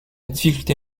difficulté